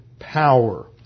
Power